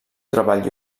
treball